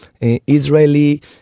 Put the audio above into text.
Israeli